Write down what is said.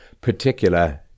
particular